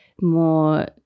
more